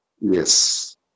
yes